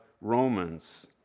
Romans